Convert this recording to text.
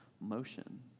motion